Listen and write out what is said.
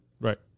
Right